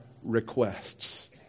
requests